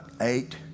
eight